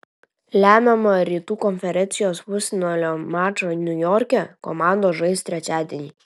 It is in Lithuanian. lemiamą rytų konferencijos pusfinalio mačą niujorke komandos žais trečiadienį